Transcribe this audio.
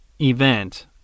event